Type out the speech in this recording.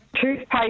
toothpaste